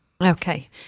Okay